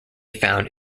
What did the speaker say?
found